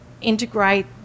integrate